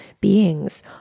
beings